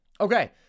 Okay